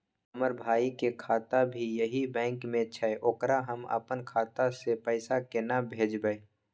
हमर भाई के खाता भी यही बैंक में छै ओकरा हम अपन खाता से पैसा केना भेजबै?